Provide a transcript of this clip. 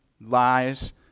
lies